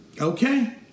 okay